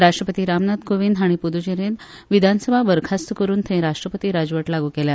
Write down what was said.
राष्ट्रपती रामनाथ कोविंद हांणी पुद्चेरी विधानसभा बरखास्त करून थंय राष्ट्रपती राजवट लागू केल्या